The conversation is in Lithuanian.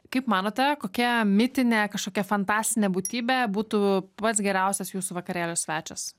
kaip manote kokia mitinė kažkokia fantastinė būtybė būtų pats geriausias jūsų vakarėlio svečias